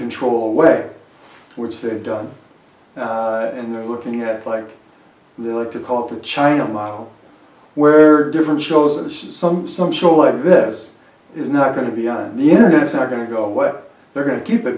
control away which they've done and they're looking at like they like to call the china model where different shows and some some show like this is not going to be on the internet it's not going to go away they're going to keep it